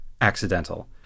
accidental